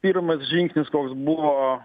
pirmas žingsnis koks buvo